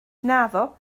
naddo